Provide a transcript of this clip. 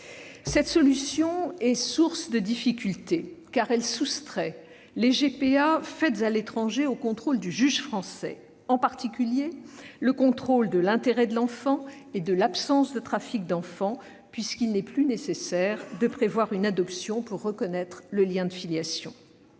Cette solution est source de difficultés, car elle soustrait les GPA réalisées à l'étranger au contrôle du juge français, s'agissant en particulier de l'intérêt de l'enfant et de l'absence de trafic d'enfants. De fait, il n'est plus nécessaire de prévoir une adoption pour reconnaître le lien de filiation.